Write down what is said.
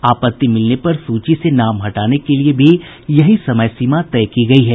आपत्ति मिलने पर सूची से नाम हटाने के लिए भी यही समय सीमा तय की गयी है